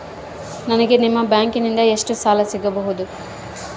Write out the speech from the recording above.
ನನಗ ನಿಮ್ಮ ಬ್ಯಾಂಕಿನಿಂದ ಎಷ್ಟು ಸಾಲ ಸಿಗಬಹುದು?